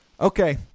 Okay